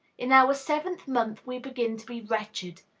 in our seventh month we begin to be wretched.